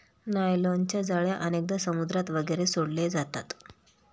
नायलॉनच्या जाळ्या अनेकदा समुद्रात वगैरे सोडले जातात